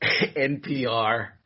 NPR